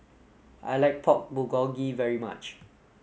I like Pork Bulgogi very much